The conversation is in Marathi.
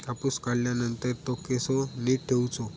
कापूस काढल्यानंतर तो कसो नीट ठेवूचो?